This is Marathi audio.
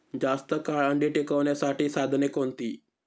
जास्त काळ अंडी टिकवण्यासाठी साधने कोणती?